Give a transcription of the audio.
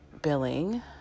billing